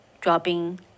dropping